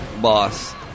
boss